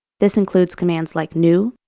this includes commands like new,